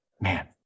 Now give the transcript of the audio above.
Man